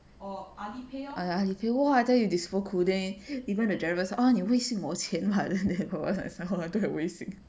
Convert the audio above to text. ah Alipay !wah! I tell you this one cool day even the drivers oh 你微信我钱 then papa say oh I don't have 微信